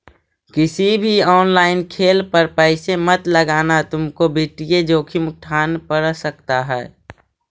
किसी भी ऑनलाइन खेल पर पैसे मत लगाना तुमको वित्तीय जोखिम उठान पड़ सकता है